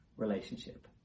relationship